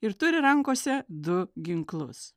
ir turi rankose du ginklus